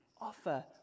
Offer